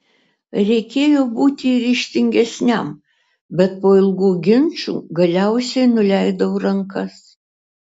reikėjo būti ryžtingesniam bet po ilgų ginčų galiausiai nuleidau rankas